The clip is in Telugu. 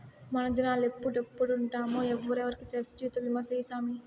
మనదినాలెప్పుడెప్పుంటామో ఎవ్వురికి తెల్సు, జీవితబీమా సేయ్యి సామీ